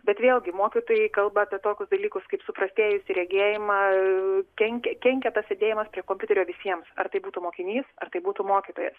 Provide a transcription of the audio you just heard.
bet vėlgi mokytojai kalba apie tokius dalykus kaip suprastėjusį regėjimą kenkia kenkia tas sėdėjimas prie kompiuterio visiems ar tai būtų mokinys ar tai būtų mokytojas